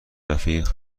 رفیق